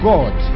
God